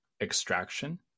extraction